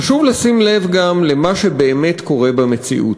חשוב לשים לב גם למה שבאמת קורה במציאות.